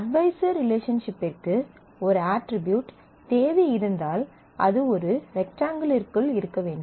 advisor ரிலேஷன்ஷிப்பிற்கு ஒரு attribute தேதி இருந்தால் அது ஒரு ரெக்டாங்கிளிற்குள் இருக்க வேண்டும்